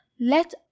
let